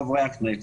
חברי הכנסת,